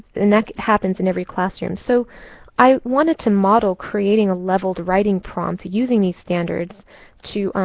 and that happens in every classroom. so i wanted to model creating a leveled writing prompt using these standards to,